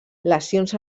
lesions